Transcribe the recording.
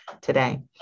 today